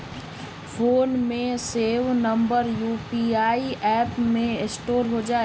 phone में save number UPI app में store हो जा हई